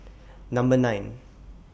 Number nine